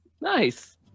nice